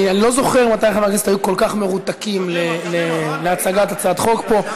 אני לא זוכר מתי חברי הכנסת היו כל כך מרותקים להצגת הצעת החוק פה.